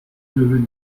devenir